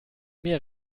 mehr